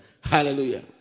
Hallelujah